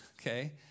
okay